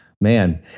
man